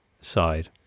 side